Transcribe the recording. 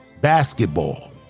Basketball